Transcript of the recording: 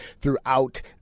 throughout